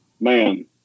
man